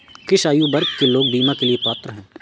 किस आयु वर्ग के लोग बीमा के लिए पात्र हैं?